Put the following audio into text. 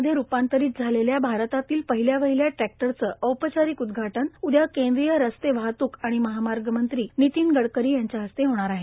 मध्ये रूपांतरित झालेल्या भारतातील पहिल्या वहिल्या टॅक्टरचे औपचारिक उदघाटन उदया केंद्रीय रस्ते वाहतृक आणि महामार्ग मंत्री नितीन गडकरी यांच्या हस्ते होणार आहे